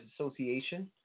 Association